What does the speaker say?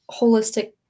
holistic